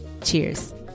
Cheers